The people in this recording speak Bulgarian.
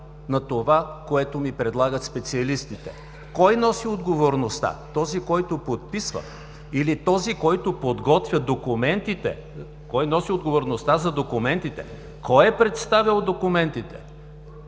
на това, което ми предлагат специалистите.“ Кой носи отговорността: този, който подписва, или този, който подготвя документите? Кой носи отговорността за документите? Кой е представил документите?